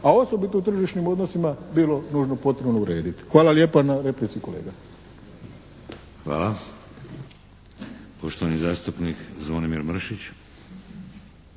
a osobito u tržišnim odnosima bilo nužno potrebno urediti. Hvala lijepa na replici kolega. **Šeks, Vladimir (HDZ)** Hvala. Poštovani zastupnik Zvonimir Mršić.